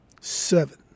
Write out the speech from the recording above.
seven